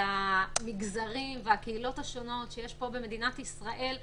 המגזרים והקהילות השונים שיש פה במדינת ישראל,